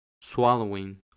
swallowing